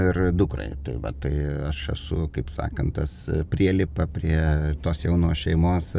ir dukrai tai va tai aš esu kaip sakant tas prielipa prie tos jaunos šeimos